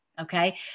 Okay